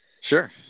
Sure